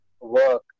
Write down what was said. work